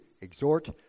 exhort